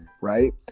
right